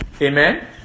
Amen